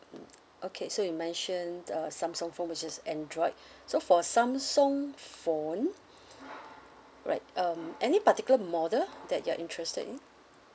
okay so you mentioned uh samsung phone which is android so for samsung phone right um any particular model that you're interested in